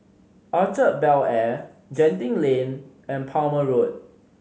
Orchard Bel Air Genting Lane and Palmer Road